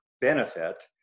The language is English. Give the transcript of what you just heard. benefit